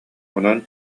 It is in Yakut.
онон